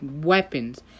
weapons